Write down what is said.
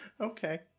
Okay